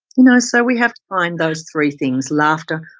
you know so we have to find those three things laughter,